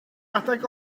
adeg